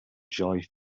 joy